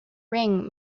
ring